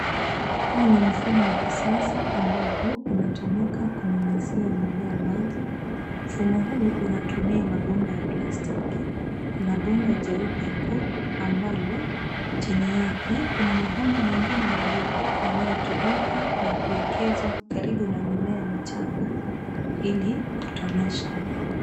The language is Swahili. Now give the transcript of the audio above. Huu ni mfumo wa kisasa ambapo unatumika kunyunyizia mimea maji, mfumo huu unatumia mabomba ya plastiki. Kuna bomba jeupe kuu ambalo, chini yake kuna mabomba mengine madogo yanayotumika na kuekezwa karibu na mimea ya michanga ili kutonesha.